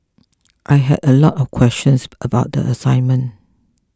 I had a lot of questions about the assignment